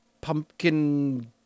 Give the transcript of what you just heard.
pumpkin